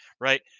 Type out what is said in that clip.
right